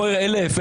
פה יש 1,000,